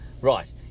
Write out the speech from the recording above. Right